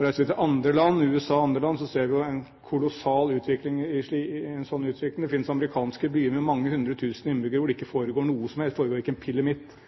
Reiser vi til USA eller andre land, ser man en kolossal utvikling i en slik retning. Det finnes amerikanske byer med mange hundre tusen innbyggere hvor det ikke